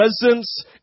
presence